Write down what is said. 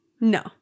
no